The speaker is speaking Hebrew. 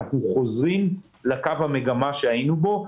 אנחנו חוזרים לקו המגמה שהיינו בו.